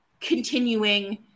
continuing